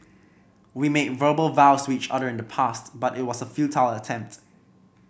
we made verbal vows with each other in the past but it was a futile attempt